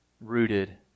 Rooted